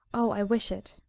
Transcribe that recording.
oh! i wish it.